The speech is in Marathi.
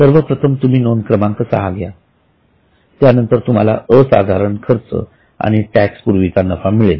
सर्वप्रथम तुम्ही नोंद क्रमांक सहा घ्या त्यानंतर तुम्हाला असाधारण खर्च आणि टॅक्स पूर्वीचा नफा मिळेल